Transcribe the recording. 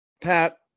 Pat